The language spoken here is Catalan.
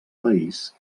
país